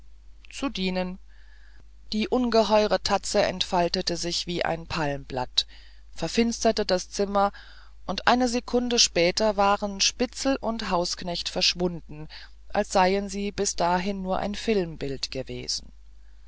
zu dienen eine ungeheure tatze entfaltete sich wie ein palmenblatt verfinsterte das zimmer und eine sekunde später waren spitzel und hausknecht verschwunden als seien sie bis dahin nur ein filmbild gewesen